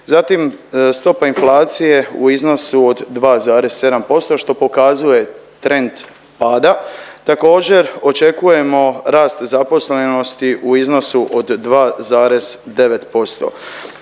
zatim stopa inflacije u iznosu od 2,7% što pokazuje trend pada, također očekujemo rast zaposlenosti u iznosu od 2,9%.